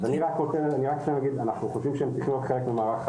אני חושב שיש היום אלפי מסגרות